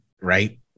Right